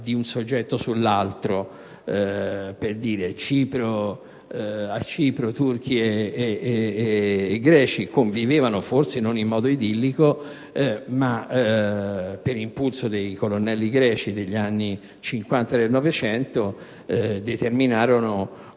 di un soggetto sull'altro. A Cipro, turchi e greci convivevano, forse non in modo idillico, ma, per impulso dei colonnelli greci, negli anni '50 del Novecento